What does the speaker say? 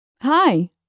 Hi